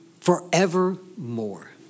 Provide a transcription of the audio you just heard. forevermore